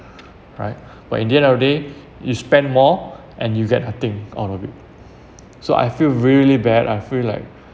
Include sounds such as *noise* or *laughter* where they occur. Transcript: *breath* right but in the end of the day *breath* you spend more and you get nothing out of it so I feel really bad I feel like